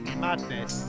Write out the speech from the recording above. madness